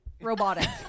robotic